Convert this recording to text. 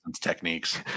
techniques